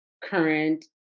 current